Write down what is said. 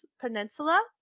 Peninsula